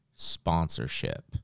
sponsorship